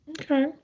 Okay